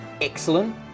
excellent